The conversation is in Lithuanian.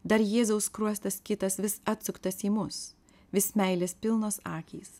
dar jėzaus skruostas kitas vis atsuktas į mus vis meilės pilnos akys